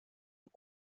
und